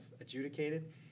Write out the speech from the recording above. adjudicated